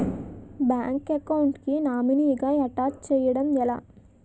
Bank account కి nominee గా attach చేయడం ఎలా?